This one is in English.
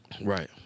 Right